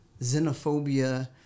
xenophobia